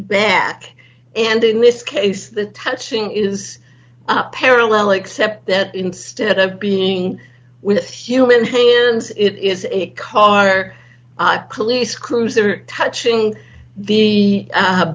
back and in this case the touching is up parallel except that instead of being with human hands it is a car or police cruiser touching the